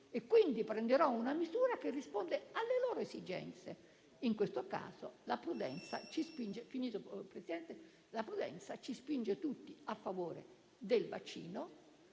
e quindi prenderò una misura che risponde alle loro esigenze. In questo caso, la prudenza ci spinge tutti a favore del vaccino